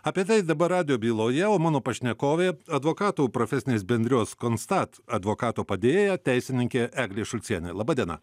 apie tai dabar radijo byloje o mano pašnekovė advokatų profesinės bendrijos konstat advokato padėjėja teisininkė eglė šulcienė laba diena